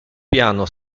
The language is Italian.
piano